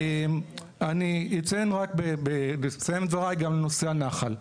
אני אסיים את דבריי בנושא הנחל.